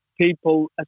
people